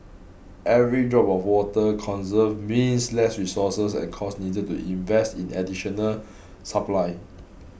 every drop of water conserved means less resources and costs needed to invest in additional supply